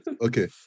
Okay